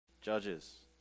Judges